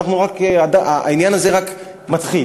העניין הזה רק מתחיל.